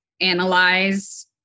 analyze